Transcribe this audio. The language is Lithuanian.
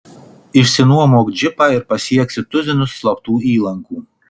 išsinuomok džipą ir pasieksi tuzinus slaptų įlankų